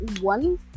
one